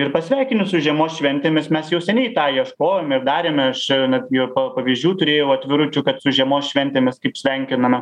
ir pasveikini su žiemos šventėmis mes jau seniai tą ieškojom ir darėme aš čia netgi ir pavyzdžių turėjau atviručių kad su žiemos šventėmis kaip sveikinama